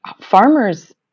farmers